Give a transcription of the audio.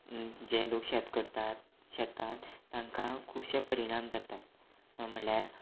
जे लोक शेत करतात शेतांत तांकां खुबशें परिणाम जातात म्हणल्यार